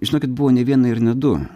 žinokit buvo ne viena ir ne du